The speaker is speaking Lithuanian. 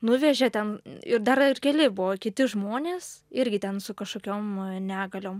nuvežė ten ir dar ir keli buvo kiti žmonės irgi ten su kažkokiom negaliom